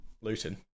Luton